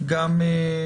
לנשים